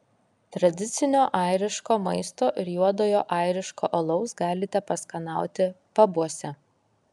tradicinio airiško maisto ir juodojo airiško alaus galite paskanauti pabuose